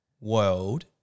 world